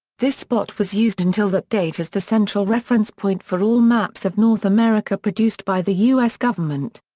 this spot was used until that date as the central reference point for all maps of north america produced by the u s. government.